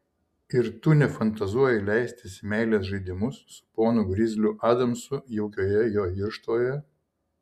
ir tu nefantazuoji leistis į meilės žaidimus su ponu grizliu adamsu jaukioje jo irštvoje